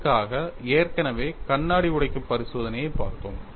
இதற்காக ஏற்கனவே கண்ணாடி உடைக்கும் பரிசோதனையைப் பார்த்தோம்